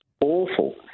awful